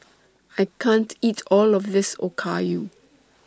I can't eat All of This Okayu